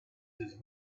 his